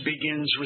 begins